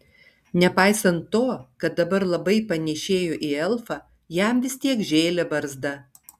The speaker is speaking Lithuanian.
nepaisant to kad dabar labai panėšėjo į elfą jam vis tiek žėlė barzda